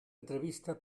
entrevista